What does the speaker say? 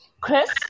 Chris